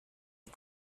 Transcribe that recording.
die